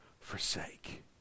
forsake